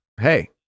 hey